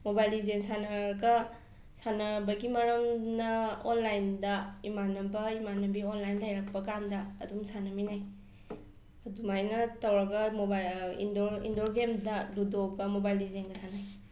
mobile ꯂꯤꯖꯦꯟ ꯁꯥꯟꯅꯔꯒ ꯁꯥꯟꯅꯕꯒꯤ ꯃꯔꯝꯅ ꯑꯣꯟꯂꯥꯏꯟꯗ ꯏꯃꯥꯟꯅꯕ ꯏꯃꯥꯟꯅꯕꯤ ꯑꯣꯟꯂꯥꯏꯟ ꯂꯩꯔꯛꯄ ꯀꯥꯟꯗ ꯑꯗꯨꯝ ꯁꯥꯟꯅꯃꯤꯟꯅꯩ ꯑꯗꯨꯃꯥꯏꯅ ꯇꯧꯔꯒ ꯃꯣꯕꯥꯏꯜ ꯏꯟꯗꯣꯔ ꯏꯟꯗꯣꯔ ꯒꯦꯝꯗ ꯂꯨꯗꯣꯒ ꯃꯣꯕꯥꯏꯜ ꯂꯤꯖꯦꯟꯒ ꯁꯥꯅꯩ